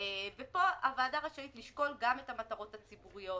פה הוועדה רשאית לשקול גם את המטרות הציבוריות,